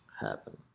happen